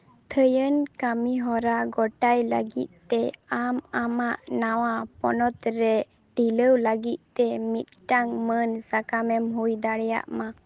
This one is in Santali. ᱛᱷᱟᱹᱭᱟᱹᱱ ᱠᱟᱹᱢᱤᱦᱚᱨᱟ ᱜᱚᱴᱟᱭ ᱞᱟᱹᱜᱤᱫ ᱛᱮ ᱟᱢ ᱟᱢᱟᱜ ᱱᱟᱣᱟ ᱯᱚᱱᱚᱛ ᱨᱮ ᱰᱷᱤᱞᱟᱹᱣ ᱞᱟᱹᱜᱤᱫ ᱛᱮ ᱢᱤᱫᱴᱟᱝ ᱢᱟᱹᱱ ᱥᱟᱠᱟᱢᱮᱢ ᱦᱩᱭ ᱫᱟᱲᱮᱭᱟᱜ ᱢᱟ